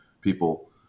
people